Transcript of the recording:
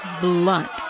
blunt